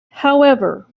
however